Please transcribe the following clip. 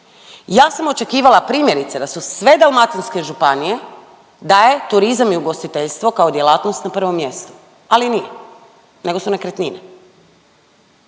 Ja sam očekivala primjerice sa su sve dalmatinske županije da je turizam i ugostiteljstvo kao djelatnost na prvom mjestu, ali nije nego su nekretnine,